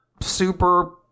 super